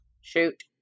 Shoot